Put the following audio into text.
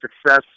success